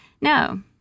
No